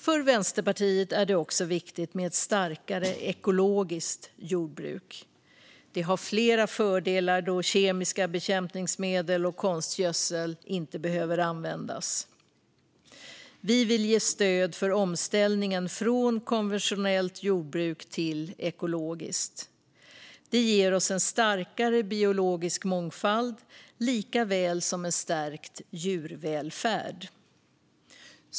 För Vänsterpartiet är det också viktigt med ett starkare ekologiskt jordbruk. Det har flera fördelar, då kemiska bekämpningsmedel och konstgödsel inte behöver användas. Vi vill ge stöd för omställningen från konventionellt jordbruk till ekologiskt. Det ger oss en starkare biologisk mångfald likaväl som en stärkt djurvälfärd.